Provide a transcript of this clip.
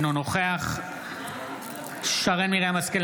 אינו נוכח שרן מרים השכל,